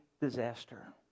disaster